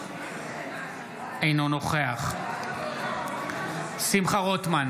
אינו נוכח שמחה רוטמן,